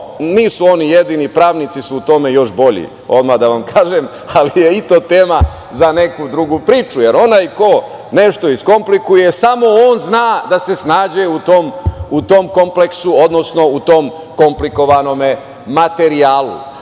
nisu oni jedini, pravnici su u tome još bolji odmah da vam kažem, ali je i to tema za neku drugu priču, jer onaj ko nešto iskomplikuje samo on zna da se snađe u tom kompleksu, odnosno u tom komplikovanom materijalu. Tako